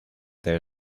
there